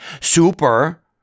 Super